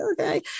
okay